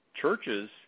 churches